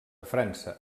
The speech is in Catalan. frança